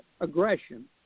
aggression